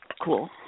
cool